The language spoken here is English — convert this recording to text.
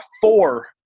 four –